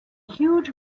huge